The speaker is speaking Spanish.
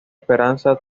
esperanza